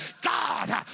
God